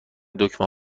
دکمه